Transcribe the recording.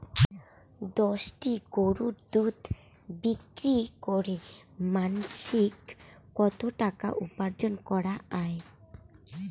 দশটি গরুর দুধ বিক্রি করে মাসিক কত টাকা উপার্জন করা য়ায়?